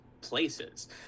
places